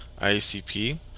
ICP